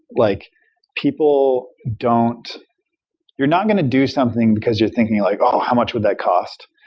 like people don't you're not going to do something because you're thinking like, oh! how much would that cost?